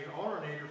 alternator